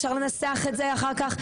אפשר לנסח את זה אחר כך.